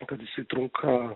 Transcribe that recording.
kad jisai trunka